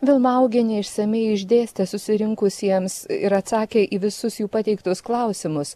vilma augienė išsamiai išdėstė susirinkusiems ir atsakė į visus jų pateiktus klausimus